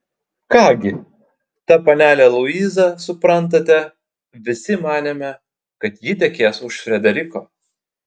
ką gi ta panelė luiza suprantate visi manėme kad ji tekės už frederiko